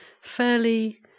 fairly